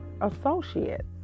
associates